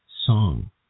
song